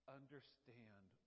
understand